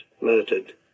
murdered